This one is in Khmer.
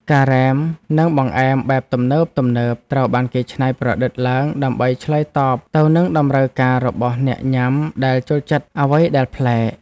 ការ៉េម និងបង្អែមបែបទំនើបៗត្រូវបានគេច្នៃប្រឌិតឡើងដើម្បីឆ្លើយតបទៅនឹងតម្រូវការរបស់អ្នកញ៉ាំដែលចូលចិត្តអ្វីដែលប្លែក។